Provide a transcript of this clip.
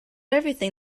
everything